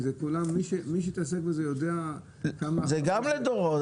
מי שמתעסק בזה יודע כמה --- זה גם לדורות.